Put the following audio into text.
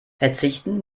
verzichten